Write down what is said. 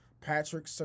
Patrick